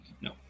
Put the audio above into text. No